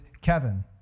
kevin